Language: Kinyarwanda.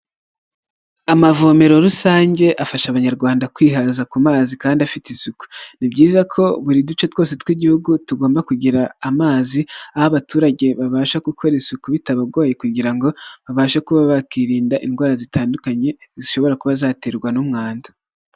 Amavomero rusange afasha abanyarwanda kwihaza ku mazi kandi afite isuku, ni byiza ko buri duce twose tw'igihugu tugomba kugira amazi, aho abaturage babasha gukora isuku bitabagoye kugira ngo, babashe kuba bakirinda indwara zitandukanye zishobora kuba zaterwa n'umwanda.